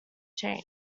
chain